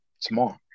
Tomorrow